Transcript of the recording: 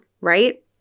right